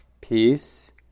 peace